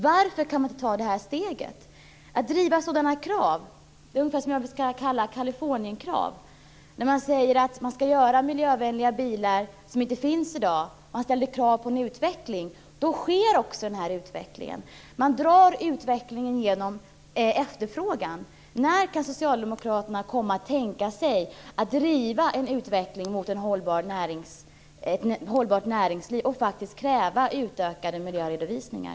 Varför kan man inte ta det steget? När man driver sådana krav, som jag skulle vilja kalla Kalifornienkrav, som innebär att man säger att det skall tillverkas miljövänliga bilar som inte finns i dag ställer man krav på en utveckling. Då sker också den utvecklingen. Man drar utvecklingen genom efterfrågan. När kan socialdemokraterna komma att tänka sig att driva en utveckling mot ett hållbart näringsliv och kräva utökade miljöredovisningar?